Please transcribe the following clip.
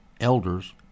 elders